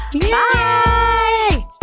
Bye